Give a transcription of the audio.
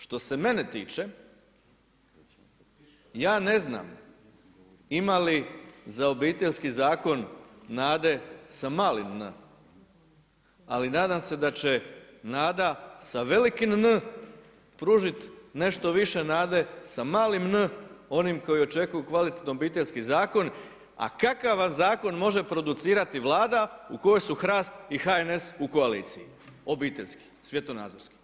Što se mene tiče, ja ne znam ima li za Obiteljski zakon nade sa malim „n“ ali nadam se da će nada sa velikim „N“ pružiti nešto više nade da malim „n“, onim koji očekuju kvalitetan Obiteljski zakon a kakav vam zakon može producirati Vlada u kojoj su HRAST i HNS u koaliciji, obiteljski, svjetonazorski?